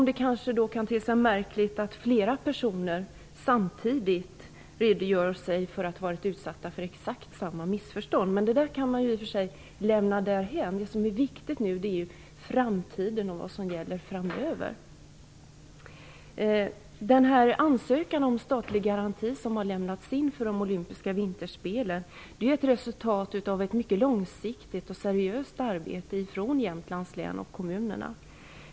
Det kan dock te sig märkligt att flera personer samtidigt säger sig vara utsatta för exakt samma sorts -- som det nu visar sig -- missförstånd. Det kan vi i och för sig lämna därhän. Det viktiga är framtiden, vad som gäller framöver. Den ansökan om statlig garanti för de olympiska vinterspelen som har lämnats in är ett resultat av ett mycket långsiktigt och seriöst arbete från Jämtlands län och de berörda kommunerna.